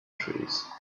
trees